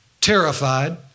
terrified